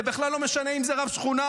זה בכלל לא משנה אם זה רב שכונה,